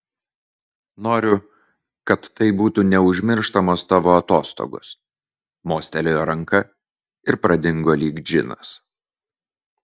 noriu kad tai būtų neužmirštamos tavo atostogos mostelėjo ranka ir pradingo lyg džinas